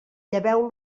lleveu